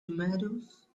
tomatoes